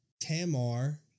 Tamar